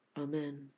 Amen